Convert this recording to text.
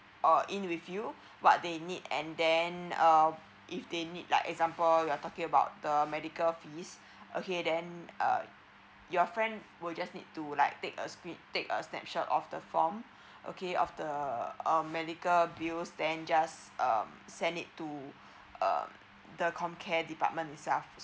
uh in with you what they need and then uh if they need like example you're talking about the medical fees okay then uh your friend will just need to like take a squid take a snapshot of the form okay of the um medical bills then just uh send it to uh the comcare department itself